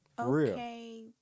Okay